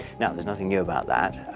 now there's nothing new about that.